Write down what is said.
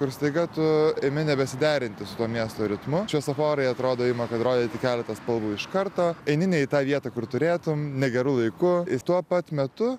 ir staiga tu ėmi nebesiderinti su tuo miesto ritmu šviesoforai atrodo ima atrodyti keletą spalvų iš karto eini ne į tą vietą kur turėtum negeru laiku ir tuo pat metu